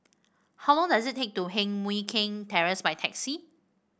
how long does it take to Heng Mui Keng Terrace by taxi